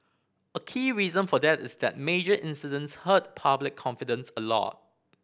a key reason for that is that major incidents hurt public confidence a lot